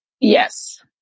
Yes